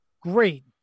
Great